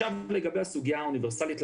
לגבי הסוגיה האוניברסלית,